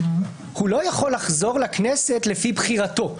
הוא לא יכול לחזור לכנסת לפי בחירתו.